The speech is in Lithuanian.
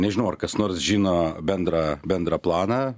nežinau ar kas nors žino bendrą bendrą planą